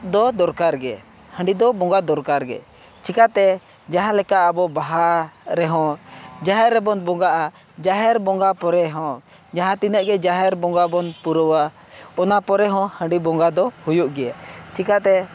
ᱫᱚ ᱫᱚᱨᱠᱟᱨᱜᱮ ᱦᱟᱺᱰᱤ ᱫᱚ ᱵᱚᱸᱜᱟ ᱫᱚᱨᱠᱟᱨᱜᱮ ᱪᱤᱠᱟᱛᱮ ᱡᱟᱦᱟᱸ ᱞᱮᱠᱟ ᱟᱵᱚ ᱵᱟᱦᱟ ᱨᱮᱦᱚᱸ ᱡᱟᱦᱮᱨ ᱨᱮᱵᱚᱱ ᱵᱚᱸᱜᱟᱜᱼᱟ ᱡᱟᱦᱮᱨ ᱵᱚᱸᱜᱟ ᱯᱚᱨᱮ ᱦᱚᱸ ᱡᱟᱦᱟᱸ ᱛᱤᱱᱟᱹᱜ ᱜᱮ ᱡᱟᱦᱮᱨ ᱵᱚᱸᱜᱟ ᱵᱚᱱ ᱯᱩᱨᱟᱹᱣᱟ ᱚᱱᱟ ᱯᱚᱨᱮ ᱦᱚᱸ ᱦᱟᱸᱰᱤ ᱵᱚᱸᱜᱟ ᱫᱚ ᱦᱩᱭᱩᱜ ᱜᱮᱭᱟ ᱪᱤᱠᱟᱛᱮ